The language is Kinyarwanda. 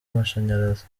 amashanyarazi